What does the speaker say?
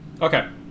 okay